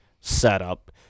setup